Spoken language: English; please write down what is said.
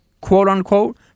quote-unquote